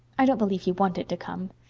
i don't believe he wanted to come.